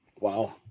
Wow